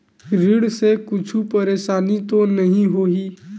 ऋण से कुछु परेशानी तो नहीं होही?